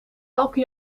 elke